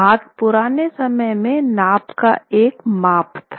हाथ पुराने समय में नाप का एक माप है